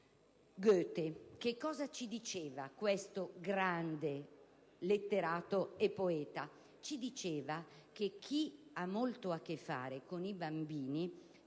Goethe. Che cosa ci diceva questo grande letterato e poeta? Ci diceva che chi ha molto a che fare con i bambini